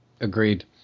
Agreed